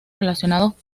relacionados